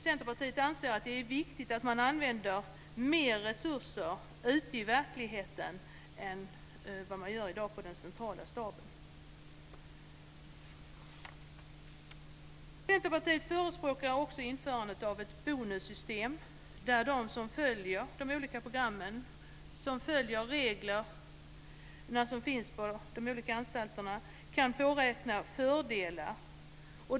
Centerpartiet anser att det är viktigt att använda mer resurser i verkligheten än vad som sker i dag på den centrala staben. Centerpartiet förespråkar också införandet av ett bonussystem, där de som följer de olika programmen och reglerna som finns på de olika anstalterna kan påräkna fördelar.